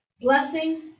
blessing